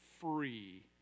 free